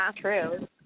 true